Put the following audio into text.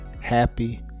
happy